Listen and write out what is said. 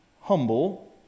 humble